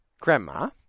grandma